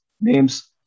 names